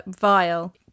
vile